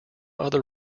other